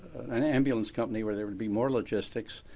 an ambulance company where there would be more logistics.